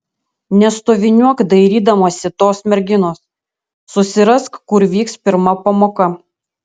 nestoviniuok dairydamasi tos merginos susirask kur vyks pirma pamoka